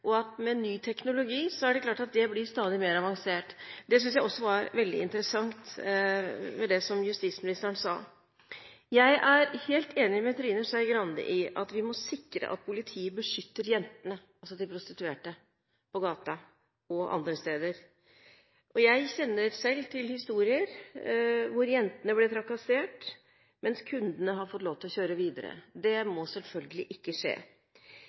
at det med ny teknologi blir stadig mer avansert. Det synes jeg også var veldig interessant ved det som justisministeren sa. Jeg er helt enig med Trine Skei Grande i at vi må sikre at politiet beskytter jentene, altså de prostituerte, på gata og andre steder. Jeg kjenner selv til historier hvor jentene ble trakassert, mens kundene fikk lov til å kjøre videre. Det må selvfølgelig ikke skje.